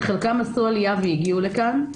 שחלקם עשו עלייה והגיעו לכאן.